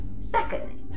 Secondly